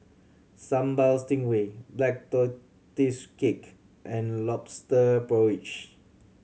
Sambal Stingray Black Tortoise Cake and Lobster Porridge